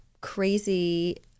crazy